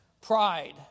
Pride